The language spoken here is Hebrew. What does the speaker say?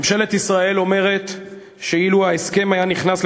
ממשלת ישראל אומרת שאם היה נכנס ההסכם